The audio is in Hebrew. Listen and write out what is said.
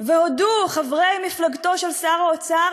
והודו חברי מפלגתו של שר האוצר